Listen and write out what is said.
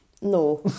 No